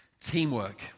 teamwork